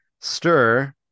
Stir